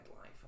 life